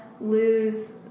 lose